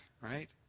right